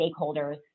stakeholders